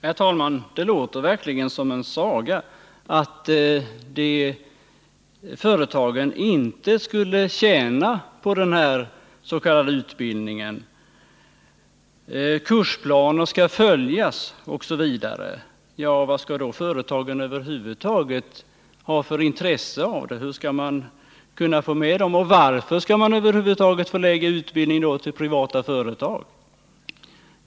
Herr talman! Det låter verkligen som en saga att företagen inte skulle tjäna på den här s.k. utbildningen. Kursplaner skall följas, osv. Ja, vad skall då företagen ha för intresse av det? Hur skall man kunna få med dem? Och varför skall man över huvud taget förlägga utbildningen till privata företag?